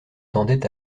tendait